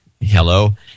Hello